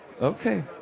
Okay